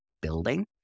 building